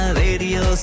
radio